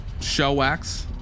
Shellwax